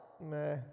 Meh